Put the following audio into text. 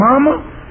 Mama